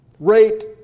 Rate